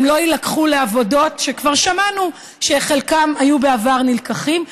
והם לא יילקחו לעבודות שכבר שמענו שחלקם היו בעבר נלקחים אליהן.